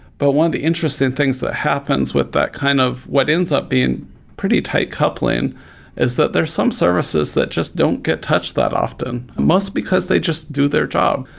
but one of the interesting things that happens with that kind of what ends up being pretty tightly coupling is that there're some services that just don't get touched that often mostly because they just do their job.